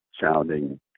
sounding